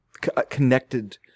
connected